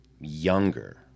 younger